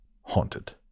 Haunted